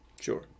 Sure